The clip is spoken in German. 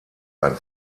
ein